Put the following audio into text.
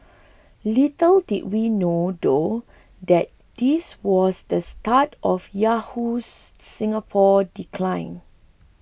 little did we know though that this was the start of Yahoo Singapore decline